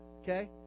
okay